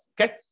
Okay